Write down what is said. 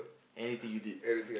anything you did